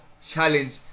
challenge